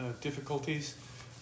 difficulties